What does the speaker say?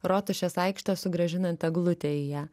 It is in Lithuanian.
rotušės aikštę sugrąžinant eglutę į ją